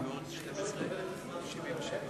אני יכול לקבל את הזמן של אורי אריאל?